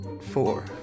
four